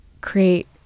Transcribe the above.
create